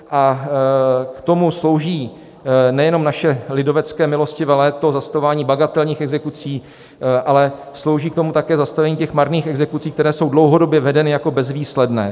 A k tomu slouží nejen naše lidovecké milostivé léto, zastavování bagatelních exekucí, ale slouží k tomu také zastavení těch marných exekucí, které jsou dlouhodobě vedeny jako bezvýsledné.